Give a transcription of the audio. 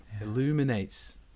illuminates